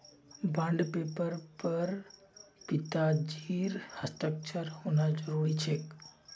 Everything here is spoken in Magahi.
बॉन्ड पेपरेर पर पिताजीर हस्ताक्षर होना जरूरी छेक